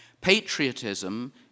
Patriotism